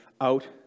out